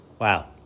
Wow